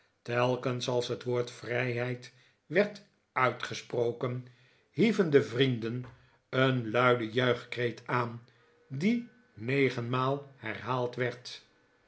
telkens als het woord vrijheid werd uitgesproken hieven de vrienden een luiden juichkreet aan die negenmaal herhaald werd